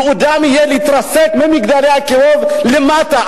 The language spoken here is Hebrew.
ייעודם יהיה להתרסק מ"מגדלי אקירוב" למטה.